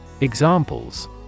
Examples